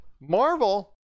Marvel